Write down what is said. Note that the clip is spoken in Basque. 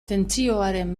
tentsioaren